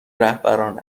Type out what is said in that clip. رهبران